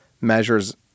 measures